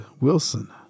Wilson